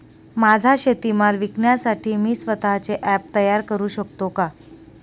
माझा शेतीमाल विकण्यासाठी मी स्वत:चे ॲप तयार करु शकतो का?